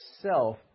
self